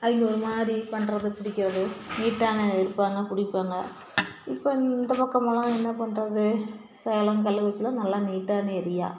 அவங்க ஒரு மாதிரி பண்ணுறது பிடிக்கறது நீட்டான இருப்பாங்க பிடிப்பாங்க இப்போ இந்த பக்கமெல்லாம் என்ன பண்ணுறது சேலம் கள்ளக்குறிச்சியெலாம் நல்ல நீட்டான ஏரியா